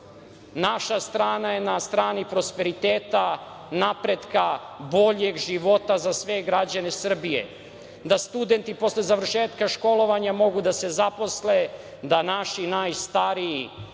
Naša strana je na strani prosperiteta, napretka, boljeg života za sve građane Srbije, da studenti posle završetka školovanja mogu da se zaposle, da naši najstariji